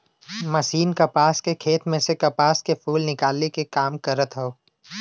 machine कपास के खेत में से कपास के फूल निकाले क काम करत हौ